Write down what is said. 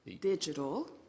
digital